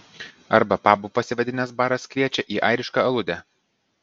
arba pabu pasivadinęs baras kviečia į airišką aludę